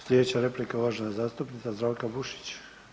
Sljedeća replika uvažena zastupnica Zdravka Bušić.